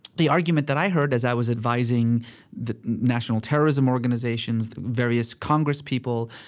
the argument that i heard as i was advising the national terrorism organizations, various congress people,